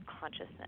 consciousness